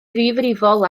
ddifrifol